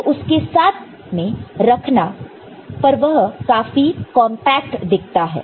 तो उसको साथ में रखने पर वह काफी कॉन्पैक्ट दिखता है